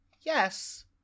yes